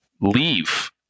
leave